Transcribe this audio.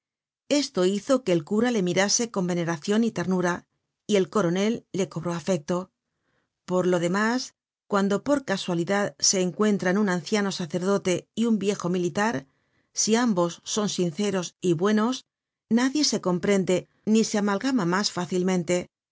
esto hizo que el cura le mirase con veneracion y ternura y el coronel le cobró afecto por lo demás cuando por casualidad se encuentran un anciano sacerdote y un viejo militar si ambos son sinceros y buenos nadie se comprende ni se amalgama mas fácilmente